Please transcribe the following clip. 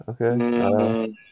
Okay